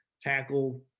tackle